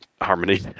harmony